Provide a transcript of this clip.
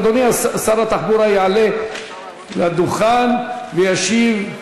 אדוני שר התחבורה יעלה לדוכן וישיב.